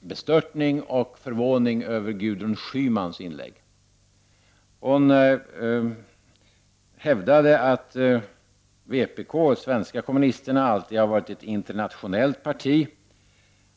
bestörtning och förvåning över Gudrun Schymans inlägg. Hon hävdade att vpk, de svenska kommunisterna, alltid har varit ett internationellt parti,